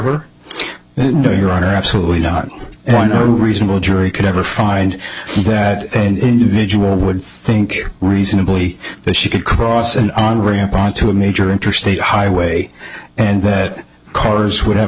doing your honor absolutely not one no reasonable jury could ever find that individual would think reasonably that she could cross an on ramp onto a major interstate highway and that cars would have